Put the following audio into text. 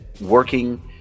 working